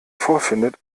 vorfindet